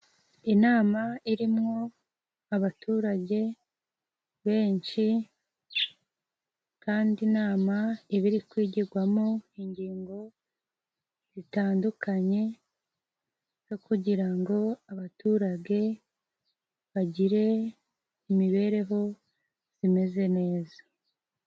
Inama irimwo abaturage benshi kandi inama iba iri kwigirwamo ingingo zitandukanye zo kugira ngo abaturage bagire imibereho zimeze neza.